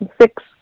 six